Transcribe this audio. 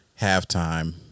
halftime